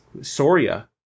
Soria